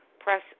Press